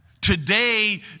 today